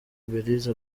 belise